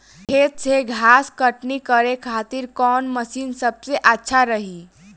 खेत से घास कटनी करे खातिर कौन मशीन सबसे अच्छा रही?